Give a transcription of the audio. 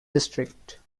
district